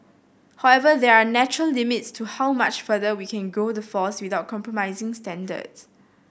however there are natural limits to how much further we can grow the force without compromising standards